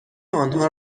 آنها